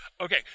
Okay